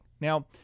Now